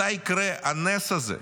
מתי יקרה הנס הזה?